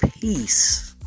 peace